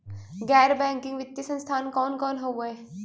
गैर बैकिंग वित्तीय संस्थान कौन कौन हउवे?